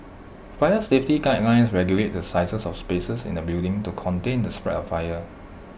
fire safety guidelines regulate the sizes of spaces in A building to contain the spread of fire